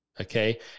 Okay